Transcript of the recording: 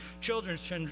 children's